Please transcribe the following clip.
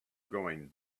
going